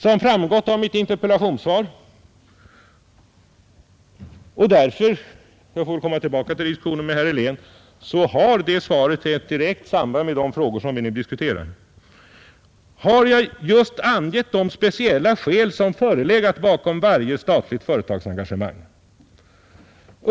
Jag har i mitt interpellationssvar — jag får senare komma tillbaka till diskussionen med herr Helén — angivit de speciella skäl som förelegat bakom varje statligt företagsengagemang.